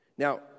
Now